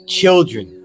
children